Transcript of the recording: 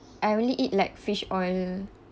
I only eat like fish oil